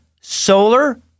solar